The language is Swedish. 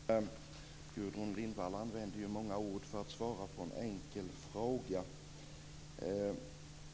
Fru talman! Gudrun Lindvall använde många ord för att svara på en enkel fråga.